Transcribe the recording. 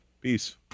Peace